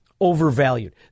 overvalued